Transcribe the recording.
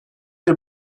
bir